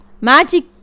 Magic